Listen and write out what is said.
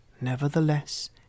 nevertheless